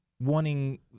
wanting